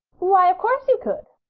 why, of course you could,